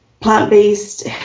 Plant-based